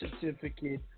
certificate